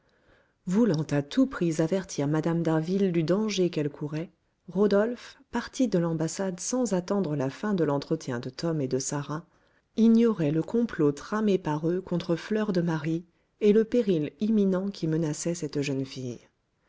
voulant à tout prix avertir mme d'harville du danger qu'elle courait rodolphe parti de l'ambassade sans attendre la fin de l'entretien de tom et de sarah ignorait le complot tramé par eux contre fleur de marie et le péril imminent qui menaçait cette jeune fille